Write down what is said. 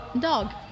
Dog